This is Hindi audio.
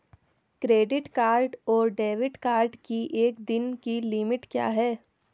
क्रेडिट कार्ड और डेबिट कार्ड की एक दिन की लिमिट क्या है?